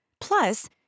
Plus